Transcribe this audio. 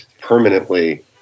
permanently